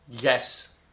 Yes